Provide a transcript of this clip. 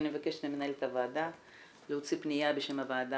ואני מבקשת ממנהלת הוועדה להוציא פנייה בשם הוועדה